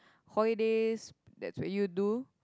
holidays that's where you do